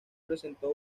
presentó